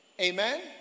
Amen